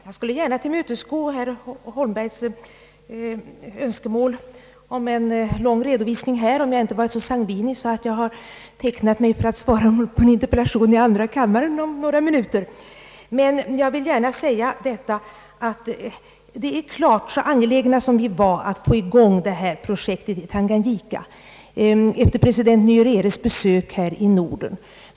Jag skulle gärna ha tillmötesgått herr Holmbergs önskemål beträffande en lång redovisning i denna fråga, om jag inte varit så sangvinisk att jag utlovat att besvara en interpellation i andra kammaren om en kort stund. Men jag vill framhålla att vi var mycket angelägna att snabbt få i gång Tanganvyika-projektet efter president Nyereres besök här i Norden.